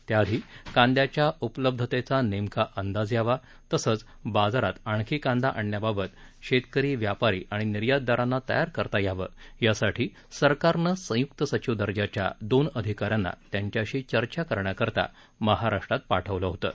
त्याआधी कांद्याच्या उपलब्धतेचा नेमका अंदाज यावा तसंच बाजारात आणखी कांदा आणण्याबाबत शेतकरी व्यापारी आणि निर्यातदारांना तयार करता यावं यासाठी सरकारनं संयुक्त सचिव दर्जाच्या दोन अधिका यांना त्यांच्याशी चर्चा करण्याकरता महाराष्ट्रात पाठवलं होतं